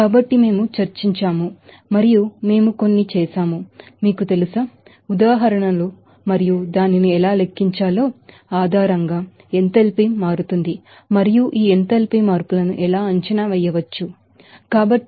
కాబట్టి మనము చర్చించాము మరియు మనము కొన్ని ఉదాహరణలు కూడా చేసాము మరియు ఎంథాల్పీ ఎలా లెక్కించాలో ఎంథాల్పీ మార్పు మరియు ఈ ఎంథాల్పీ మార్పులను ఎలా అంచనా వేయవచ్చు అని కూడా చెప్పాము